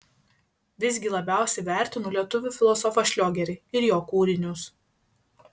visgi labiausiai vertinu lietuvių filosofą šliogerį ir jo kūrinius